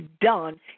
done